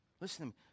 Listen